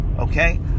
Okay